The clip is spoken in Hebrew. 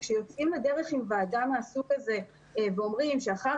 כשיוצאים לדרך עם ועדה מהסוג הזה ואומרים שאחר